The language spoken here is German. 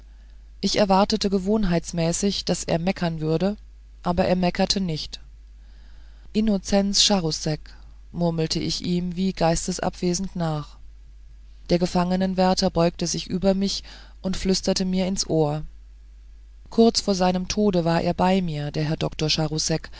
ich erwartete gewohnheitsmäßig daß er meckern würde aber er meckerte nicht innocenz charousek murmelte ich ihm wie geistesabwesend nach der gefangenwärter beugte sich über mich und flüsterte mir ins ohr kurz vor seinem tode war er bei mir der herr dr